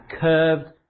curved